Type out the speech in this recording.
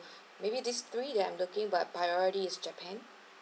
maybe this three that I'm looking but priority is japan